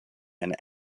and